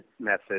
method